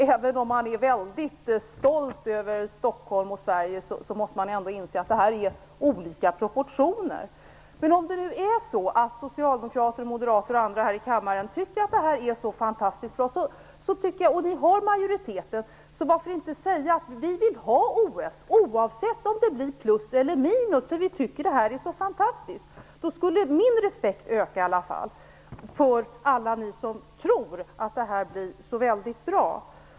Även om man är väldigt stolt över Stockholm och Sverige måste man inse att det är fråga om olika proportioner. Om det nu är så att socialdemokrater, moderater och andra som tillsammans är i majoritet här i kammaren tycker att det här är så fantastiskt bra, så varför då inte säga: Vi vill ha OS, oavsett om det blir plus eller minus, för vi tycker att det här är så fantastiskt. Då skulle i alla fall min respekt öka för alla er som tror att det här blir så bra.